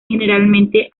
generalmente